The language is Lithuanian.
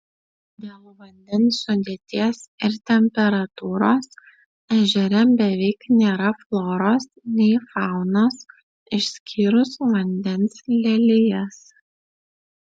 dėl vandens sudėties ir temperatūros ežere beveik nėra floros nei faunos išskyrus vandens lelijas